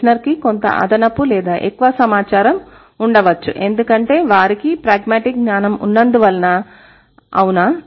listener కి కొంత అదనపు లేదా ఎక్కువ సమాచారం ఉండవచ్చు ఎందుకంటే వారికీ ప్రాగ్మాటిక్ జ్ఞానం ఉన్నందువలన అవునా